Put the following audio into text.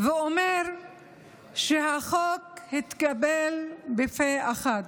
ואומר שהחוק התקבל פה אחד.